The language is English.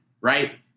right